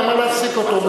למה להפסיק אותו?